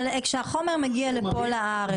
כשהחומר מגיע לארץ,